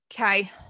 Okay